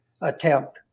attempt